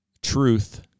truth